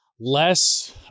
less